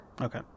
Okay